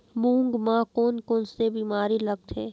मूंग म कोन कोन से बीमारी लगथे?